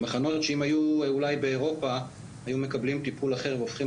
מחנות שאם הם היו אולי באירופה הם היו מקבלים טיפול אחר והופכים